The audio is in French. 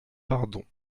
pardon